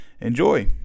enjoy